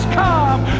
come